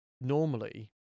normally